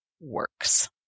works